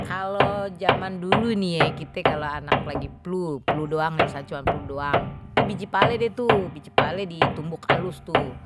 Kalo zaman dulu nih ya kite kalau anak lagi flu pelu doang flu doang itu biji pale deh tuh biji pale ditumbuk alus tuh